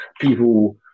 people